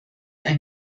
ein